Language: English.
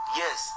yes